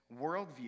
worldview